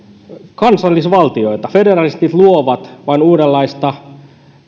kansallisvaltioita federalistit luovat vain uudenlaista